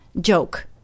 joke